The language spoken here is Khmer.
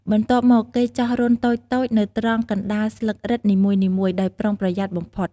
បន្ទាប់មក គេចោះរន្ធតូចៗនៅត្រង់កណ្តាលស្លឹករឹតនីមួយៗ ដោយប្រុងប្រយ័ត្នបំផុត។